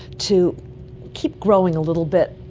to keep growing a little bit,